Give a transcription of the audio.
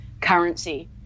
currency